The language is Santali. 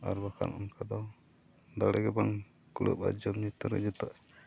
ᱟᱨ ᱵᱟᱠᱷᱟᱱ ᱚᱱᱠᱟ ᱫᱚ ᱫᱟᱲᱮᱜᱮ ᱵᱟᱝ ᱠᱩᱲᱟᱹ ᱟᱨᱡᱚᱢ ᱧᱚᱜ ᱡᱚᱛᱚ